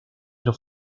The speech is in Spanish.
los